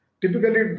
Typically